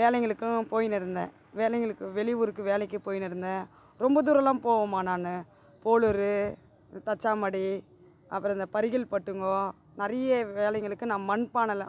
வேலைங்களுக்கும் போயினு இருந்தேன் வேலைங்களுக்கு வெளி ஊருக்கு வேலைக்கு போயினு இருந்தேன் ரொம்ப தூரலாம் போவேம்மா நான் போளூரு தச்சான் பாடி அப்புறம் இந்த பரிகள் பட்டுங்கோ நிறைய வேலைங்களுக்கு நான் மண் பானல்லாம்